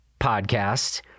podcast